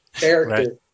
character